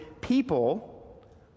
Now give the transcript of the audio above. people